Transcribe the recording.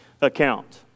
account